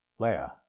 Leia